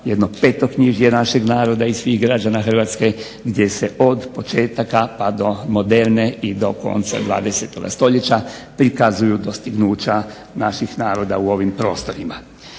jedno petoknjižje našeg naroda i svih građana Hrvatske, gdje se od početaka pa do moderne i do konca 20. stoljeća prikazuju dostignuća naših naroda u ovim prostorima.